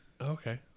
Okay